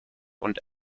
und